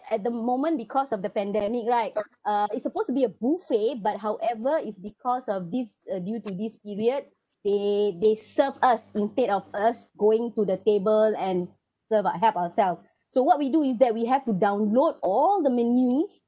at the moment because of the pandemic right uh it's supposed to be a buffet but however it's because of this uh due to this period they they serve us instead of us going to the table and s~ serve uh help ourselves so what we do is that we have to download all the menus